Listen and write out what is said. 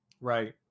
Right